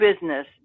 business